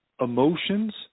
Emotions